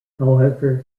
however